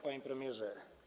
Panie Premierze!